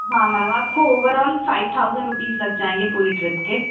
हाँ मैम आपको overall five thousand rupees लग जाएँगे पूरी ट्रिप के